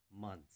months